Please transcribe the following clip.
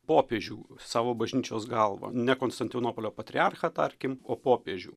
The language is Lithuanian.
popiežių savo bažnyčios galva ne konstantinopolio patriarchą tarkim o popiežių